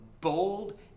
bold